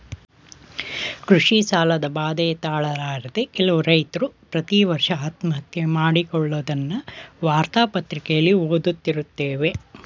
ಕೃಷಿ ಸಾಲದ ಬಾಧೆ ತಾಳಲಾರದೆ ಕೆಲವು ರೈತ್ರು ಪ್ರತಿವರ್ಷ ಆತ್ಮಹತ್ಯೆ ಮಾಡಿಕೊಳ್ಳದ್ನ ವಾರ್ತಾ ಪತ್ರಿಕೆಲಿ ಓದ್ದತಿರುತ್ತೇವೆ